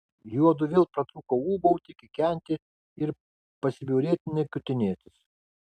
juodu vėl pratrūko ūbauti kikenti ir pasibjaurėtinai kutinėtis